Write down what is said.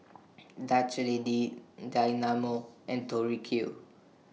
Dutch Lady Dynamo and Tori Q